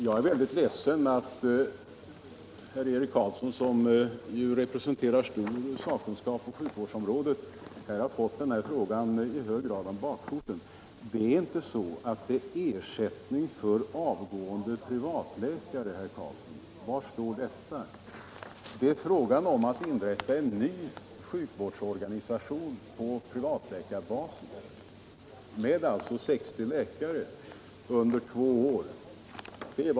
Herr talman! Jag är ledsen över att herr Eric Carlsson, som ju representerar stor sakkunskap på sjukvårdsområdet, har fått den här frågan i hög grad om bakfoten. Det är inte så att det skall vara ersättning för avgående privatläkare. Var står detta? Det är fråga om att inrätta en ny sjukvårdsorganisation på privatläkarbasis med 60 läkare under två år.